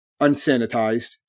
unsanitized